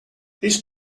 its